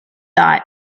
thought